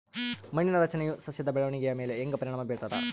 ಮಣ್ಣಿನ ರಚನೆಯು ಸಸ್ಯದ ಬೆಳವಣಿಗೆಯ ಮೇಲೆ ಹೆಂಗ ಪರಿಣಾಮ ಬೇರ್ತದ?